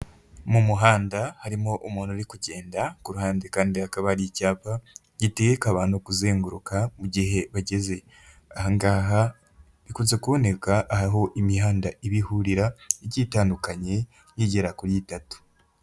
Mu muhanda harimo umuntu uri kugenda ku ruhande kandi hakaba hari icyapa gitegeka abantu kuzenguruka mu gihe bageze aha ngaha, bikunze kuboneka aho imihanda iba ihurira igiye itandukanye igera kuri itatu.